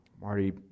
Marty